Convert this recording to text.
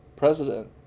president